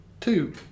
two